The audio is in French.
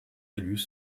élus